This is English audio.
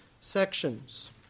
sections